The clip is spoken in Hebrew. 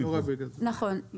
נכון.